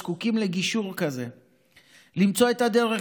זקוקים לגישור כזה כדי למצוא את הדרך